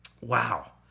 Wow